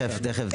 אז תכף תכף,